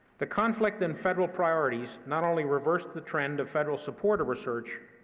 the conflict in federal priorities not only reversed the trend of federal support of research,